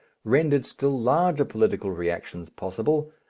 rendered still larger political reactions possible,